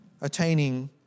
attaining